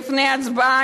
לפני ההצבעה,